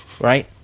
right